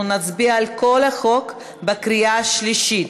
אנחנו נצביע על כל החוק בקריאה השלישית.